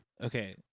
Okay